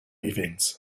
events